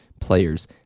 players